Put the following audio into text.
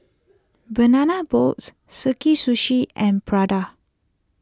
Banana Boats Sakae Sushi and Prada